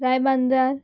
Ribandar